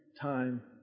time